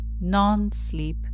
non-sleep